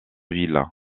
ville